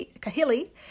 kahili